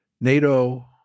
NATO